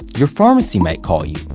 your pharmacy might call you.